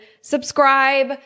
subscribe